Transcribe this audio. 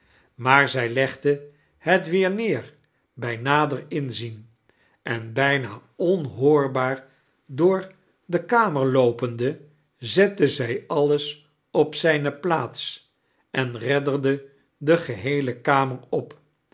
maar zij legde het weer neer bij nader iazien en bijna onhoorbaar door de kainer loopende zette zij alles op zijne plaats en redderde de geheele karnec op